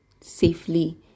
safely